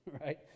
Right